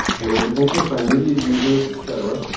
there was an interest by media users, et cetera,